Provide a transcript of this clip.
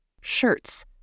Shirts